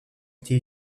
été